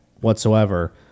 whatsoever